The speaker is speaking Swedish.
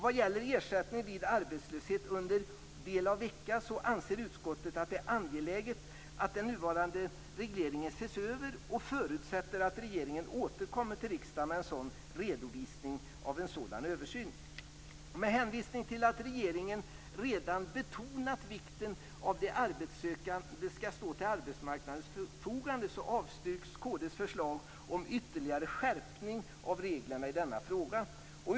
Vad gäller ersättning vid arbetslöshet under del av vecka anser utskottet att det är angeläget att den nuvarande regleringen ses över och förutsätter att regeringen återkommer till riksdagen med en redovisning av en sådan översyn. Med hänvisning till att regeringen redan har betonat vikten av att de arbetssökande skall stå till arbetsmarknadens förfogande avstyrks kd:s förslag om ytterligare skärpning av reglerna i denna fråga.